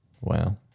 Wow